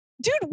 Dude